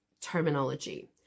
terminology